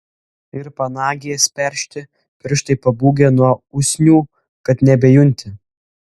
ir panagės peršti pirštai pabūgę nuo usnių kad nebejunti